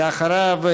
ואחריו,